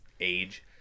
age